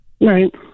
Right